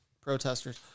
protesters